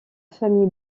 famille